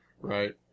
right